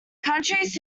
countries